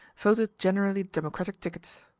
voted generally democratic ticket.